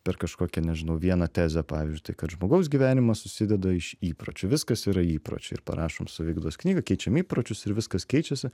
per kažkokią nežinau vieną tezę pavyzdžiui tai kad žmogaus gyvenimas susideda iš įpročių viskas yra įpročiai ir parašom saviugdos knygą keičiam įpročius ir viskas keičiasi